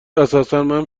اساسا